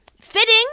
Fitting